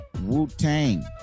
Wu-Tang